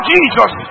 Jesus